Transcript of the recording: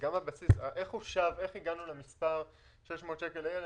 וגם הבסיס, איך הגענו למספר 600 שקל לילד?